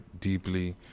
deeply